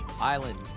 Island